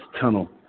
tunnel